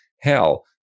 Hell